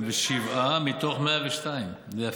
57 מתוך 102. זה יפה.